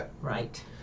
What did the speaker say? right